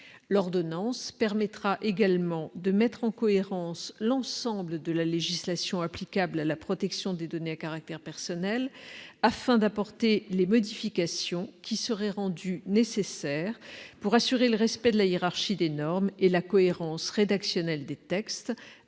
L'ordonnance permettra également de mettre en cohérence l'ensemble de la législation applicable à la protection des données à caractère personnel, afin d'apporter les modifications qui seraient rendues nécessaires pour assurer le respect de la hiérarchie des normes et la cohérence rédactionnelle des textes,